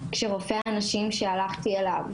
כשרופא הנשים שהלכתי אליו,